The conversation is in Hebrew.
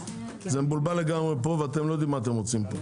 זה מבולבל לגמרי פה ואתם לא יודעים מה אתם רוצים.